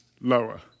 lower